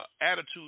attitude